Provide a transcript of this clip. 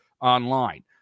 online